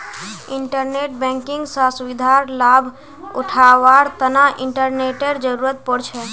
internet banking स सुविधार लाभ उठावार तना इंटरनेटेर जरुरत पोर छे